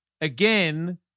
Again